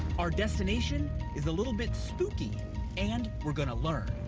our destination is a little bit spooky and we're gonna learn.